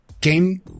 game